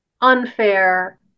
unfair